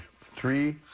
three